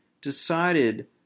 decided